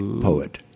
poet